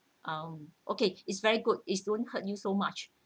um okay it's very good is don't hurt you so much